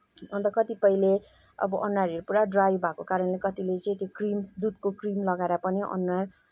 अन्त कतिपयले अनुहारहरू पुरा ड्राई भएको कारणले कतिले चाहिँ त्यो क्रिम दुधको क्रिम लगाएर पनि अनुहार